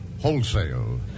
wholesale